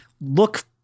look